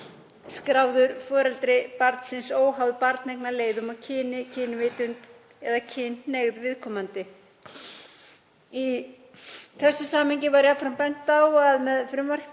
skráður foreldri barnsins óháð barneignarleiðum og kyni, kynvitund eða kynhneigð viðkomandi. Í þessu samhengi var jafnframt bent á að með frumvarpinu